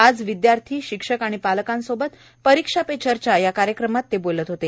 आज विद्यार्थी शिक्षक आणि पालकांसोबत परीक्षा पे चर्चा या कार्यक्रमात ते बोलत होते